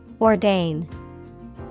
Ordain